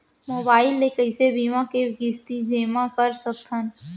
Mobile ले कइसे बीमा के किस्ती जेमा कर सकथव?